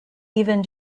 even